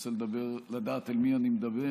רוצה לדעת אל מי אני מדבר.